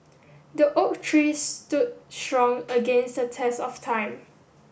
the oak tree stood strong against the test of time